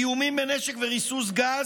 איומים בנשק וריסוס גז,